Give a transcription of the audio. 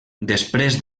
després